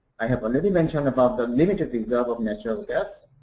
i have already mentioned about the limited reserve of natural gas.